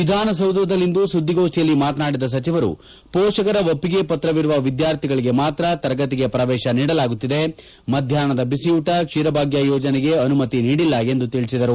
ವಿಧಾನಸೌಧದಲ್ಲಿಂದು ಸುದ್ದಿಗೋಷ್ಠಿಯಲ್ಲಿ ಮಾತನಾಡಿದ ಸಚಿವರು ಪೋಷಕರ ಒಪ್ಪಿಗೆ ಪತ್ರವಿರುವ ವಿದ್ಯಾರ್ಥಿಗಳಿಗೆ ಮಾತ್ರ ತರಗತಿಗೆ ಪ್ರವೇಶ ನೀಡಲಾಗುತ್ತಿದೆ ಮಧ್ಯಾಹ್ನದ ಬಿಸಿಯೂಟ ಕ್ಷಿರಭಾಗ್ಯ ಯೋಜನೆಗೆ ಅನುಮತಿ ನೀದಿಲ್ಲ ಎಂದು ತಿಳಿಸಿದರು